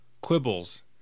quibbles